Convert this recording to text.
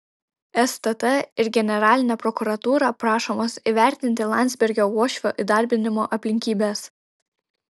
stt ir generalinė prokuratūra prašomos įvertinti landsbergio uošvio įdarbinimo aplinkybes